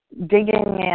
digging